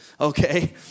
okay